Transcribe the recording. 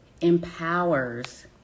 empowers